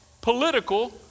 Political